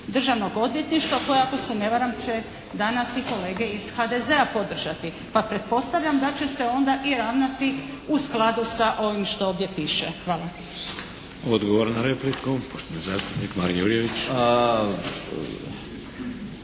Državnog odvjetništva koje ako se ne varam će danas i kolege iz HDZ-a podržati. Pa pretpostavljam da će se onda i ravnati u skladu sa ovim što ovdje piše. Hvala. **Šeks, Vladimir (HDZ)** Odgovor na repliku poštovani zastupnik Marin Jurjević.